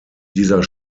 dieser